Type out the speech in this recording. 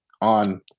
on